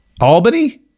Albany